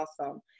awesome